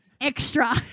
extra